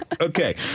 Okay